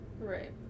right